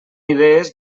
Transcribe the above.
idees